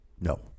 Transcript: No